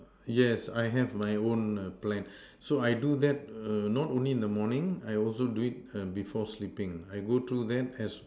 yes I have my own plans so I do that err not only in the morning I also do it before sleeping I go through that as